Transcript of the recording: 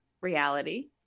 reality